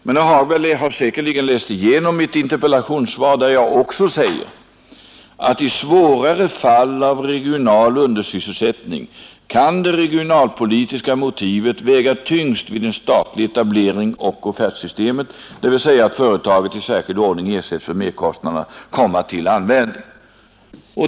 Men, herr Hagberg, ni har säkerligen läst igenom mitt interpellationssvar, där jag också säger att i svårare fall av regional undersysselsättning ”kan det regionalpolitiska motivet väga tyngst vid en statlig etablering och offertsystemet, dvs. att företaget i särskild ordning ersätts för merkostnaderna, komma till användning”.